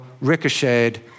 ricocheted